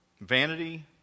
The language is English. Vanity